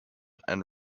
and